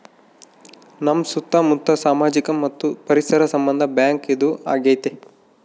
ನಮ್ ಸುತ್ತ ಮುತ್ತ ಸಾಮಾಜಿಕ ಮತ್ತು ಪರಿಸರ ಸಂಬಂಧ ಬ್ಯಾಂಕ್ ಇದು ಆಗೈತೆ